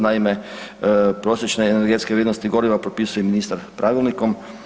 Naime, prosječne energetske vrijednosti goriva propisuje ministar pravilnikom.